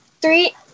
three